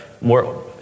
more